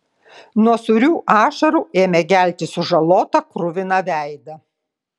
nuo sūrių ašarų ėmė gelti sužalotą kruviną veidą